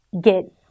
get